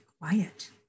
quiet